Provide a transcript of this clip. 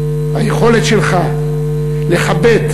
היכולת שלך לכבד,